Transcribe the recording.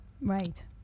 Right